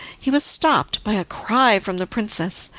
he was stopped by a cry from the princess.